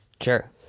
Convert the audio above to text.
Sure